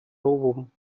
novum